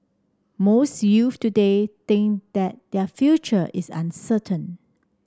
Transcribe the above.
most youths today think that their future is uncertain